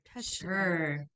Sure